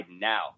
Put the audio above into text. now